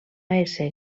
ésser